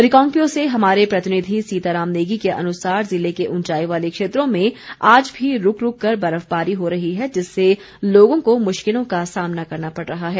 रिकांगपिओ से हमारे प्रतिनिधि सीताराम नेगी के अनुसार जिले के उंचाई वाले बेत्रों में आज भी रूक रूक कर बर्फबारी हो रही है जिससे लोगों को मुश्किलों का सामना करना पड़ रहा है